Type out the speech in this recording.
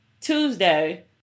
Tuesday